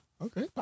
okay